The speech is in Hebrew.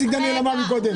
איציק דניאל אמר מקודם.